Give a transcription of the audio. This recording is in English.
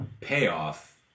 payoff